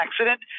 accident